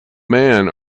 man